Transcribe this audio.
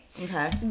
Okay